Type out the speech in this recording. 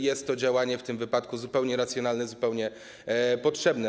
Jest to działanie w tym wypadku zupełnie racjonalne, zupełnie potrzebne.